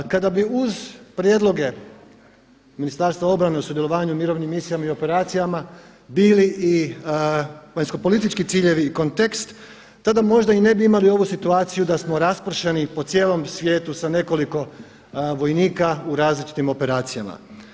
Kada bi uz prijedloge Ministarstva obrane o sudjelovanju u mirovnim misijama i operacijama bili i vanjskopolitički ciljevi i kontekst tada možda i ne bi imali ovu situaciju da smo raspršeni po cijelom svijetu sa nekoliko vojnika u različitim operacijama.